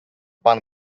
пан